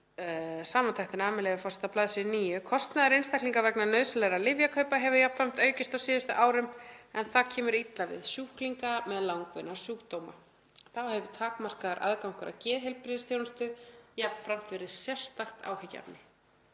samantektina, með leyfi forseta, á bls. 9: „Kostnaður einstaklinga vegna nauðsynlegra lyfjakaupa hefur jafnframt aukist á síðustu árum en það kemur illa við sjúklinga með langvinna sjúkdóma. Þá hefur takmarkaður aðgangur að geðheilbrigðisþjónustu jafnframt verið sérstakt áhyggjuefni